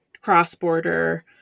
cross-border